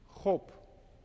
Hope